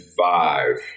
five